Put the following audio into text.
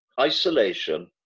isolation